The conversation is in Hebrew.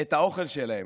את האוכל שלהם.